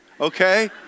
Okay